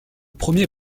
premier